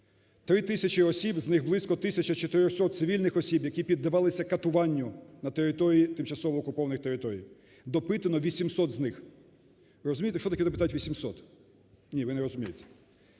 три тисячі осіб з них близько тисяча 400 цивільних осіб, які піддавалися катуванню на території тимчасово окупованих територій, допитано 800 з них. Ви розумієте, що таке допитати 800? Ні, ви не розумієте.